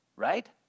Right